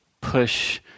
push